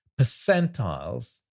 Percentiles